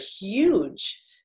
huge